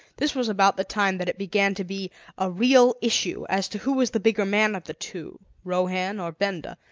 this was about the time that it began to be a real issue as to who was the bigger man of the two, rohan or benda.